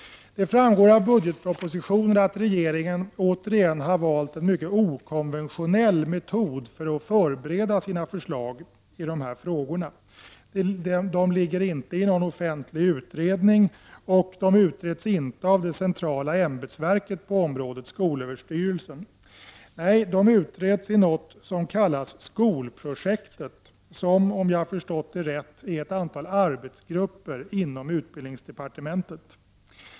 Det framgår av budgetpropositionen att regeringen återigen har valt en mycket okonventionell metod för att förbereda sina förslag i de här frågorna. De ligger inte i någon offentlig utredning och de utreds inte av det centrala ämbetsverket på området, skolöverstyrelsen. Nej, de utreds i något som kallas Skolprojektet, som — om jag har förstått det rätt — är ett antal arbetsgrupper inom utbildningsdepartementet.